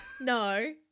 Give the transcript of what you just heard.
no